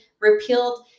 repealed